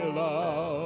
love